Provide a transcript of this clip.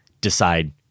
decide